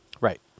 Right